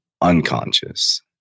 unconscious